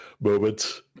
moments